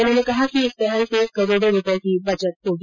उन्होंने कहा कि इस पहल से करोड़ों रुपये की बचत होगी